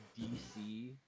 DC